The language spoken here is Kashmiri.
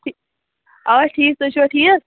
آ ٹھیٖک تُہۍ چھِوا ٹھیٖک